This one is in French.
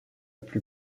plus